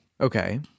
Okay